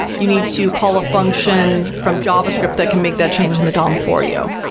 you need to call a function from java script that could make that change in the dom for you.